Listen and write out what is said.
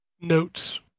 notes